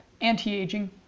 anti-aging